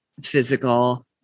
physical